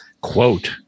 Quote